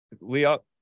Leo